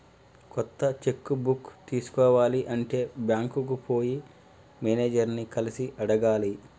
కొత్త cheque book తీసుకోవాలి అంటే బ్యాంకుకు పోయి మేనేజర్ ని కలిసి అడగాలి